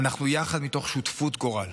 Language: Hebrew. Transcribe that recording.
אנחנו יחד מתוך שותפות גורל.